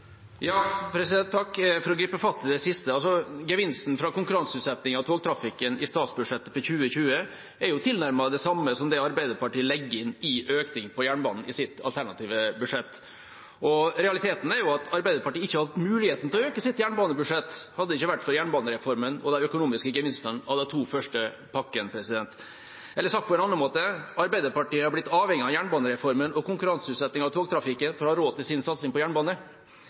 For å gripe fatt i det siste: Gevinsten fra konkurranseutsetting av togtrafikken i statsbudsjettet for 2020 er tilnærmet det samme som det Arbeiderpartiet legger inn i økning på jernbanen i sitt alternative budsjett. Realiteten er at Arbeiderpartiet ikke hadde hatt muligheten til å øke sitt jernbanebudsjett om det ikke hadde vært for jernbanereformen og de økonomiske gevinstene av de to første pakkene. Eller sagt på en annen måte: Arbeiderpartiet er blitt avhengig av jernbanereformen og konkurranseutsetting av togtrafikken for å ha råd til sin satsing på jernbane.